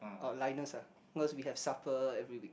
oh ah cause we have supper every week